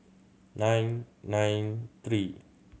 nine nine three